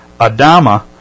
Adama